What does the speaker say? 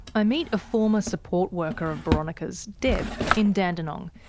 i meet a former support worker of boronika's, deb, in dandenong,